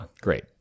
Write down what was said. Great